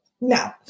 No